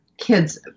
kids